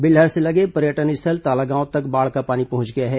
बिल्हा से लगे पर्यटन स्थल तालागांव तक बाढ़ का पानी पहुंच गया है